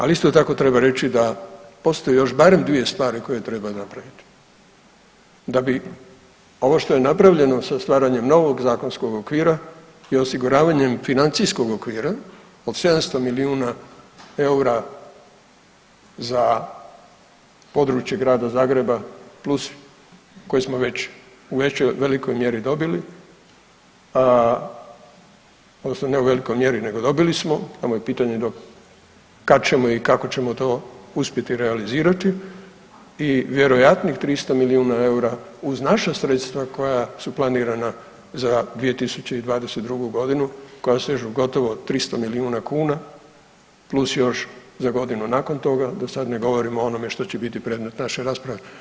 Ali isto tako treba reći da postoje još barem dvije stvari koje treba napraviti da bi ovo što je napravljeno sa stvaranjem novog zakonskog okvira i osiguravanjem financijskog okvira od 700 milijuna eura za područje Grada Zagreba plus koji smo već u velikoj mjeri dobili odnosno ne u velikoj mjeri nego dobili smo samo je pitanje do kad ćemo i kako ćemo to uspjeti realizirati i vjerojatnih 300 milijuna eura uz naša sredstva koja su planirana za 2022.g. koja sežu gotovo 300 milijuna kuna plus još za godinu nakon toga da sad ne govorim o onome što će biti predmet naše rasprave.